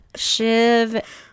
Shiv